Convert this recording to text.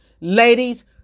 Ladies